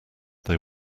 they